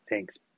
Thanks